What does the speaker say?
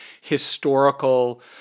historical